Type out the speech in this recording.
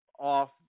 off